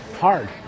hard